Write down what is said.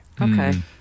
Okay